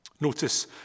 Notice